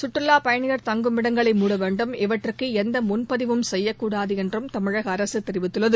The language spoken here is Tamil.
சுற்றுலா பயணியர் தங்கும் இடங்களை மூட வேண்டும் இவற்றுக்கு எந்த முன்பதிவும் செய்யக்கூடாது என்றும் தமிழக அரசு தெரிவித்துள்ளது